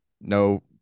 no